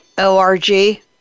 org